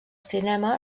cinema